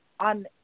on